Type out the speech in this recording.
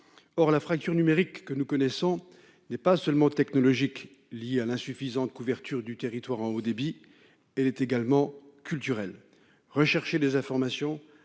Or la fracture numérique que nous connaissons n'est pas seulement technologique et liée à l'insuffisante couverture du territoire en haut débit ; elle est également culturelle. Rechercher des informations,